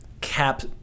cap